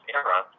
era